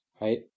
right